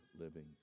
living